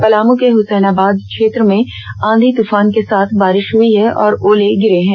पलामू के हुसैनाबाद क्षेत्र में आंधी तुफान के साथ बारिष हुई है और ओले गिरे हैं